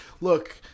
look